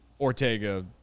Ortega